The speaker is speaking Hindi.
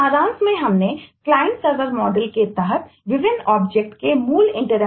सारांश में हमने क्लाइंट सर्वर मॉडलहै